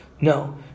no